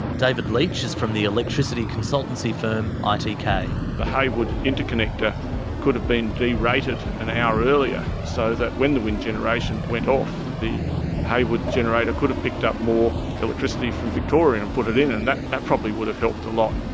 david leitch is from the electricity consultancy firm ah itk. the heywood interconnector could have been de-rated an hour earlier so that when the wind generation went off, the heywood generator could have picked up more electricity from victoria and put it in and that that probably would have helped a lot.